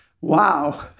Wow